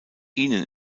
ihnen